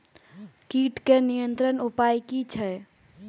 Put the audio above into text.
कीटके नियंत्रण उपाय कि छै?